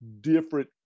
different